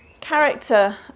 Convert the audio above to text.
character